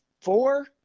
four